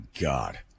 God